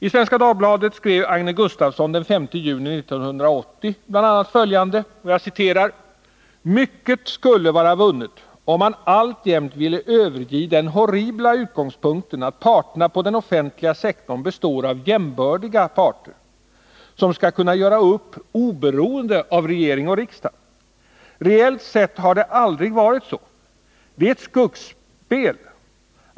I Svenska Dagbladet skrev Agne Gustafsson den 5 juni 1980 bl.a. följande: ”Mycket skulle vara vunnet om man alltjämt ville överge den horribla utgångspunkten att parterna på den offentliga sektorn består av jämbördiga parter som skall kunna göra upp oberoende av regering och riksdag. Reellt sett har det aldrig varit så. Det är ett skuggspel.